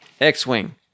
X-Wing